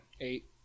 Eight